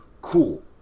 cool